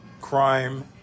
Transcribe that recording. crime